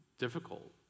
difficult